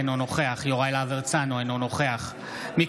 אינו נוכח יוראי להב הרצנו,